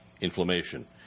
inflammation